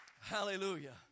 Hallelujah